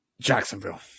Jacksonville